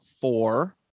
four